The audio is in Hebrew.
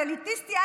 האליטיסטי,